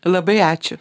labai ačiū